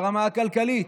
ברמה הכלכלית,